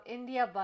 India